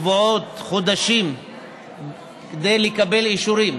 שבועות וחודשים כדי לקבל אישורים